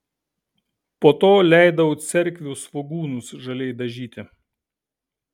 po to leidau cerkvių svogūnus žaliai dažyti